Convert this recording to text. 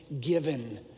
given